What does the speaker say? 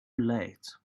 late